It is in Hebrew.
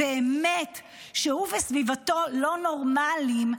שהוא וסביבתו לא נורמליים,